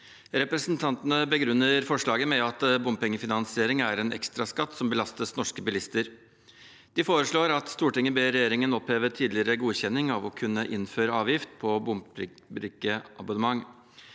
Representantene begrunner forslaget med at bompengefinansiering er en ekstraskatt som belastes norske bilister. De foreslår at «Stortinget ber regjeringen oppheve tidligere godkjenning av å kunne innføre avgift på bombrikkeabonnement.»